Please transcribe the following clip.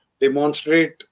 demonstrate